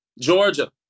georgia